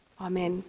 amen